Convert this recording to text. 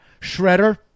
Shredder